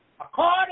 According